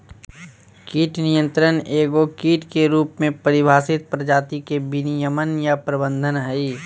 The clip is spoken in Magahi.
कीट नियंत्रण एगो कीट के रूप में परिभाषित प्रजाति के विनियमन या प्रबंधन हइ